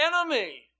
enemy